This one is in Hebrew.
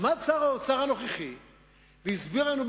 עמד שר האוצר הנוכחי והסביר לנו,